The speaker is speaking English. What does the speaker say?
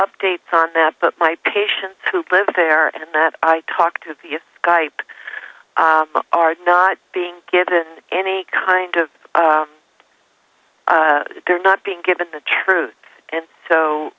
updates on that but my patients who live there and that i talk to the guy are not being given any kind of they're not being given the truth and so